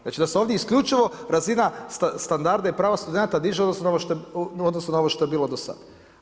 Znači da se ovdje isključivo razina standarda i prava studenata diže u odnosu na ovo što je bilo do sada.